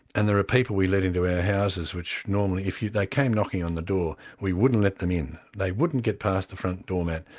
and there are people we let into our houses which normally if they came knocking on the door, we wouldn't let them in, they wouldn't get past the front doormat,